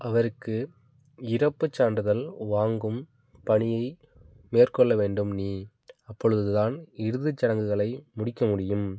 அவருக்கு இறப்புச் சான்றிதழ் வாங்கும் பணியை மேற்கொள்ள வேண்டும் நீ அப்பொழுது தான் இறுதிச் சடங்குகளை முடிக்க முடியும்